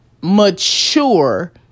mature